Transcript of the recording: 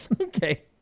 Okay